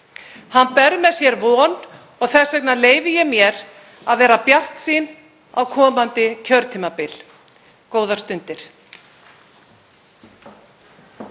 Hann ber með sér von og þess vegna leyfi ég mér að vera bjartsýn á komandi kjörtímabil. — Góðar stundir.